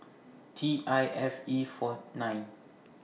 T I F E four nine